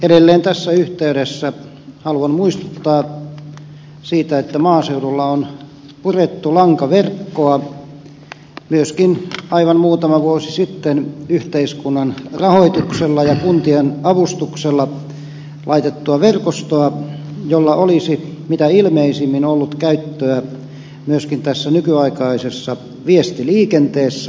edelleen tässä yhteydessä haluan muistuttaa siitä että maaseudulla on purettu lankaverkkoa myöskin aivan muutama vuosi sitten yhteiskunnan rahoituksella ja kuntien avustuksella laitettua verkostoa jolla olisi mitä ilmeisimmin ollut käyttöä myöskin nykyaikaisessa viestiliikenteessä